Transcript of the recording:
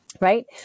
right